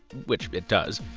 which it does,